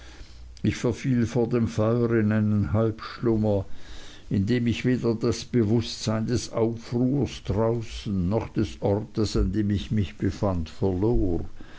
ich verfiel vor dem feuer in einen halbschlummer in dem ich weder das bewußtsein des aufruhrs draußen noch des ortes an dem ich mich befand verlor